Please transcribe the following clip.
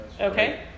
Okay